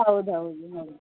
ಹೌದೌದು ಹೌದು